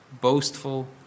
boastful